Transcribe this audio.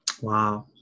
Wow